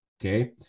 okay